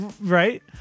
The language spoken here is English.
right